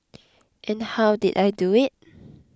and how did I do it